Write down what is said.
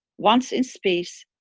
once in space,